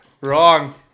Wrong